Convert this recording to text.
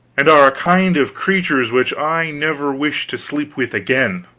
and are a kind of creatures which i never wish to sleep with again.